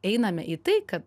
einame į tai kad